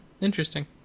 Interesting